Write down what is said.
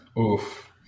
Oof